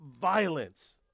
violence